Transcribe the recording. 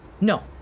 No